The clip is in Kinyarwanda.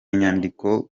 nyandiko